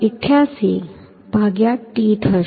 88 ભાગ્યા t થશે